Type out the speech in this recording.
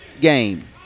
game